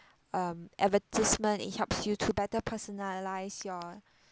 um advertisement it helps you to better personalise your